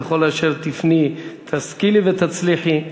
בכל אשר תפני תשכילי ותצליחי,